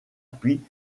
pluie